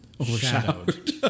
overshadowed